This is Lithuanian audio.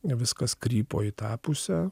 viskas krypo į tą pusę